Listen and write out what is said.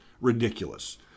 ridiculous